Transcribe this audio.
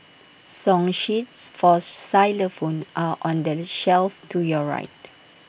song sheets for xylophones are on the shelf to your right